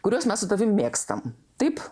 kuriuos mes su tavim mėgstam taip